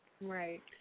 Right